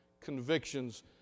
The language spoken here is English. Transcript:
convictions